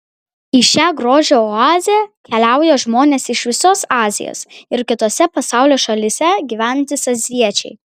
į šią grožio oazę keliauja žmonės iš visos azijos ir kitose pasaulio šalyse gyvenantys azijiečiai